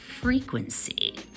frequency